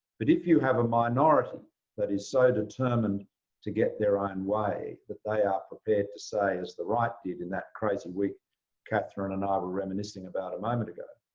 but if you have a minority that is so determined to get their own way that they are ah prepared to say, as the right did in that crazy week katharine a not reminiscing about a moment ago,